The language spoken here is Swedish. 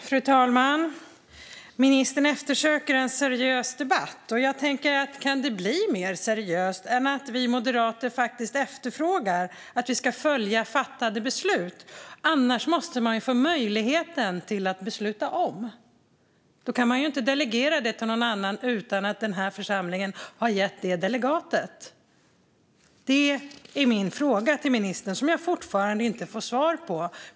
Fru talman! Ministern eftersöker en seriös debatt, och jag tänker: Kan det bli mer seriöst än att vi moderater faktiskt efterfrågar att vi ska följa fattade beslut? Annars måste man få möjligheten att besluta om. Man kan ju inte delegera det till någon annan utan att denna församling har delegerat det. Det är min fråga till ministern, som jag fortfarande inte fått svar på.